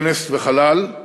כנס החלל,